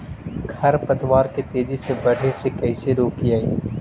खर पतवार के तेजी से बढ़े से कैसे रोकिअइ?